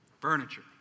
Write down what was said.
furniture